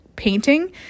painting